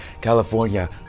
California